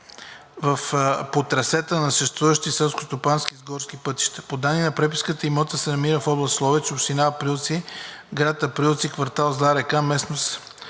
по трасета на съществуващи селскостопански и горски пътища. По данни от преписката имотът се намира в област Ловеч, община Априлци, град Априлци, квартал „Зла река“, местност